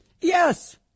Yes